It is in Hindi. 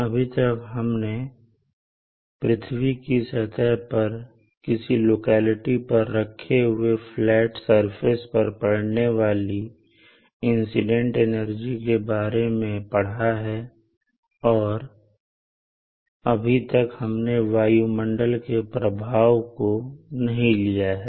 अभी तक हमने पृथ्वी की सतह पर किसी लोकेलिटी पर रखे हुए फ्लैट सर्फेस पर पड़ने वाली इंसिडेंट एनर्जी के बारे में पड़ा है और अभी तक हमने वायुमंडल के प्रभाव को नहीं लिया है